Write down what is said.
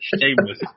Shameless